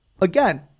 Again